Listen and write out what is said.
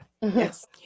Yes